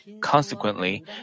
Consequently